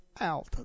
out